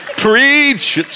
preach